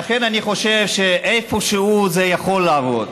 ולכן אני חושב שאיפשהו, זה יכול לעבוד.